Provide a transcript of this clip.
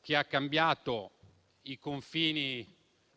che ha cambiato i confini dell'Europa